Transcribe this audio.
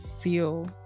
feel